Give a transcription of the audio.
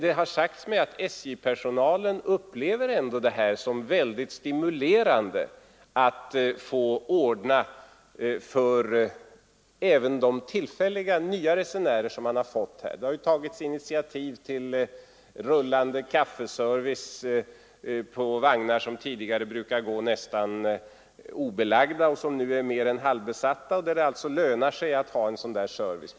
Det har sagts mig att SJ-personalen upplever det som mycket stimulerande att nu få ordna även för de tillfälliga, nya resenärer man har fått. Det har tagits initiativ till rullande kaffeservice på vagnar som tidigare brukade gå nästan obelagda och som nu är mer än halvbesatta och där det alltså lönar sig att ha en sådan service.